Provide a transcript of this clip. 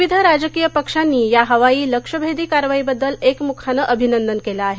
विविध राजकीय पक्षांनी या हवाई लक्ष्यभेदी कारवाईबद्दल एकमुखानं अभिनंदन केलं आहे